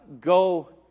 go